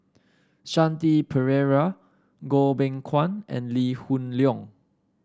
Shanti Pereira Goh Beng Kwan and Lee Hoon Leong